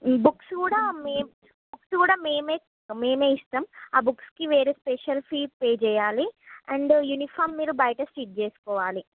books కూడా మేం books కూడా మేమే ఇస్తాము మేమే ఇస్తాము బుక్స్కి వేరే స్పెషల్ ఫీ పే చెయ్యాలి అండ్ యూనిఫామ్ మీరు బయట స్టిచ్ చేసుకోవాలి